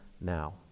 now